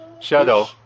shadow